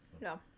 No